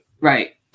Right